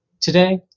Today